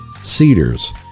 cedars